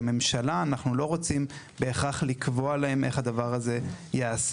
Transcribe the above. כממשלה אנחנו לא רוצים בהכרח לקבוע להם איך הדבר הזה ייעשה.